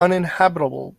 uninhabitable